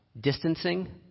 distancing